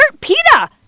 PETA